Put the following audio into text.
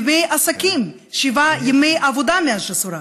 שבעה ימי עסקים, שבעה ימי עבודה מאז שסורב.